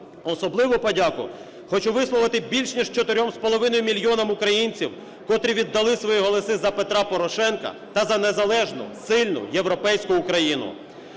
Особливу подяку хочу висловити більш ніж 4 з половиною мільйонам українців, котрі віддали свої голоси за Петра Порошенка та за незалежну, сильну, європейську Україну.